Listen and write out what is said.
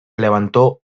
levantó